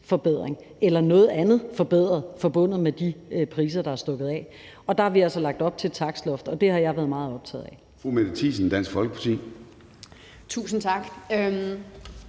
eller noget andet forbedret forbundet med de priser, der er stukket af. Der har vi altså lagt op til et takstloft, og det har jeg været meget optaget af. Kl. 13:00 Formanden (Søren Gade):